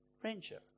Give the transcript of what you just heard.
Friendship